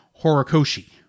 Horikoshi